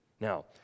Now